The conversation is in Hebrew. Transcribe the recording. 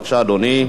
בבקשה, אדוני.